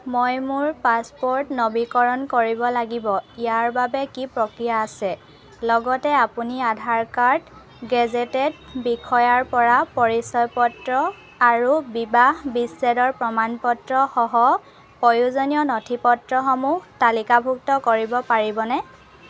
মই মোৰ পাছপ'ৰ্ট নৱীকৰণ কৰিব লাগিব ইয়াৰ বাবে কি প্ৰক্ৰিয়া আছে লগতে আপুনি আধাৰ কাৰ্ড গেজেটেড বিষয়াৰ পৰা পৰিচয় পত্ৰ আৰু বিবাহ বিচ্ছেদৰ প্ৰমাণপত্ৰ সহ প্ৰয়োজনীয় নথিপত্ৰসমূহ তালিকাভুক্ত কৰিব পাৰিবনে